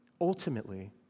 ultimately